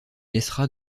laissera